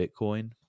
Bitcoin